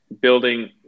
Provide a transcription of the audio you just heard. building